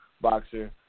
boxer